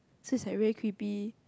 so it's like very creepy